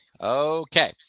Okay